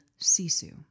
sisu